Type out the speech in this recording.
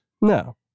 no